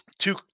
Two